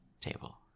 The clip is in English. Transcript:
table